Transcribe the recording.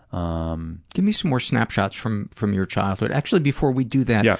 um give me some more snapshots from from your childhood. actually, before we do that, yeah